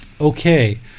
Okay